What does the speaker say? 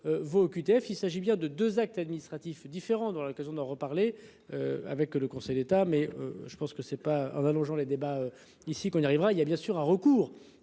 OQTF. Il s'agit bien de 2 actes administratifs différents dans l'occasion d'en reparler. Avec le Conseil d'État. Mais je pense que c'est pas en allongeant les débats ici qu'on y arrivera, il y a bien sûr un recours